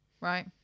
right